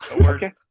Okay